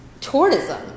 tourism